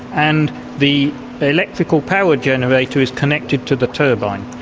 and the electrical power generator is connected to the turbine.